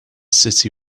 city